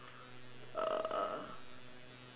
uh